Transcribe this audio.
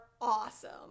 awesome